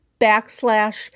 backslash